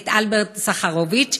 את אלברט סחרוביץ,